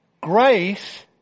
grace